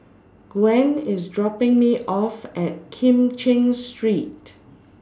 Gwen IS dropping Me off At Kim Cheng Street